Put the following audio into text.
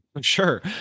sure